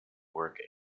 work